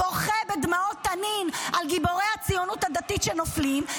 בוכה בדמעות תנין על גיבורי הציונות הדתית שנופלים,